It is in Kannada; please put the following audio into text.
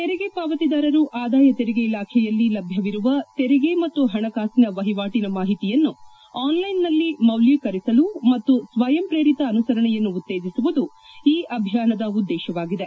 ತೆರಿಗೆ ಪಾವತಿದಾರರು ಆದಾಯ ತೆರಿಗೆ ಇಲಾಖೆಯಲ್ಲಿ ಲಭ್ಯವಿರುವ ತೆರಿಗೆ ಮತ್ತು ಹಣಕಾಸಿನ ವಹಿವಾಟನ ಮಾಹಿತಿಯನ್ನು ಆನ್ಲೈನ್ನಲ್ಲಿ ಮೌಲ್ಮೀಕರಿಸಲು ಮತ್ತು ಸ್ವಯಂಪ್ರೇರಿತ ಅನುಸರಣೆಯನ್ನು ಉತ್ತೇಜಿಸುವುದು ಇ ಅಭಿಯಾನದ ಉದ್ದೇಶವಾಗಿದೆ